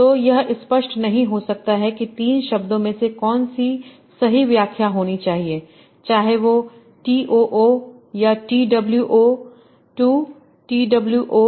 तो यह स्पष्ट नहीं हो सकता है कि 3 शब्दों में से कौन सी सही व्याख्या होनी चाहिए चाहे वह टी ओ हो या T W O two T W ओ